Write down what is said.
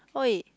!oi!